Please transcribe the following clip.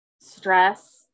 stress